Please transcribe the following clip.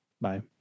Bye